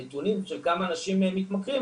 הנתונים של כמה אנשים מתמכרים,